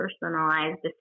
personalized